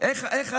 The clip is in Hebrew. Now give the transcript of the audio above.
איך הלכו,